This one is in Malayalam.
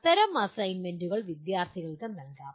അത്തരം അസൈൻമെന്റുകൾ വിദ്യാർത്ഥികൾക്ക് നൽകാം